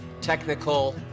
technical